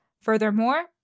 Furthermore